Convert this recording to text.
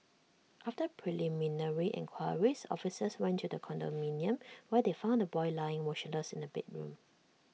after preliminary enquiries officers went to the condominium where they found the boy lying motionless in A bedroom